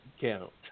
count